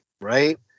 right